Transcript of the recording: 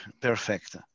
perfect